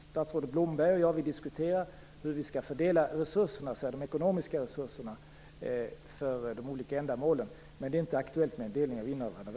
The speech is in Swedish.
Statsrådet Blomberg och jag diskuterar hur vi skall fördela de ekonomiska resurserna för de olika ändamålen, men det är inte aktuellt med någon delning av